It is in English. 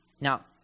Now